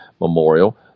memorial